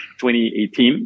2018